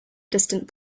distant